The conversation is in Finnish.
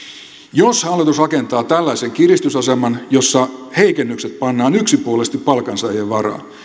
jos hallitus rakentaa tällaisen kiristysaseman jossa heikennykset pannaan yksipuolisesti palkansaajien varaan